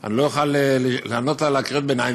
אני לא יכול לענות לה על קריאות הביניים,